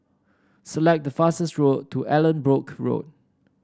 select the fastest road to Allanbrooke Road